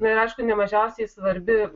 na ir aišku ne mažiausiai svarbi